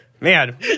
Man